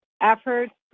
efforts